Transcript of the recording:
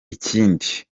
ikindi